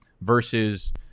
versus